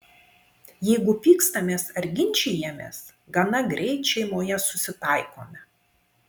jeigu pykstamės arba ginčijamės gana greit šeimoje susitaikome